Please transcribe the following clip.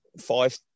five